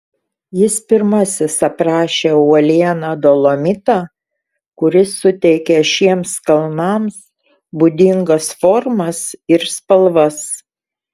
jis pirmasis aprašė uolieną dolomitą kuris suteikia šiems kalnams būdingas formas ir spalvas